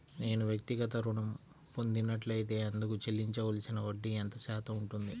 నేను వ్యక్తిగత ఋణం పొందినట్లైతే అందుకు చెల్లించవలసిన వడ్డీ ఎంత శాతం ఉంటుంది?